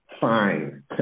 fine